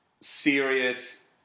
serious